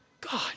God